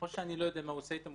או שאני לא יודע מה הוא עושה איתן.